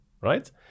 right